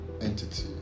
entity